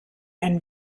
ein